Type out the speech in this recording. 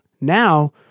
now